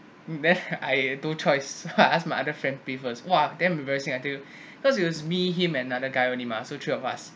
then I no choice so I asked my other friend pay first !wah! damn embarrassing I tell you because it was me him and another guy only mah so three of us